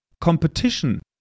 competition